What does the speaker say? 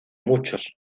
muchos